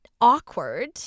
awkward